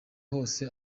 hose